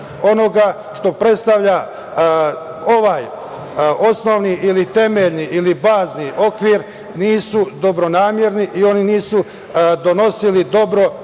onoga što predstavlja ovaj osnovni ili temeljni ili bazni okvir nisu dobronamerni i oni nisu donosili dobro